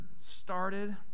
started